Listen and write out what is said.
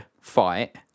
fight